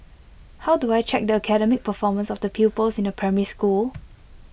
how do I check the academic performance of the pupils in A primary school